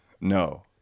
No